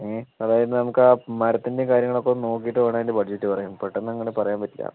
അതായത് നമുക്ക് ആ മരത്തിൻ്റെ കാര്യങ്ങൾ ഒക്കെ നോക്കിയിട്ട് വേണം അയി അതിൻ്റെ ബജറ്റ് പറയാൻ പെട്ടെന്ന് അങ്ങോട്ട് പറയാൻ പറ്റില്ല